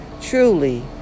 Truly